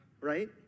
Right